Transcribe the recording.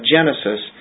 Genesis